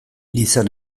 izan